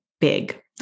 big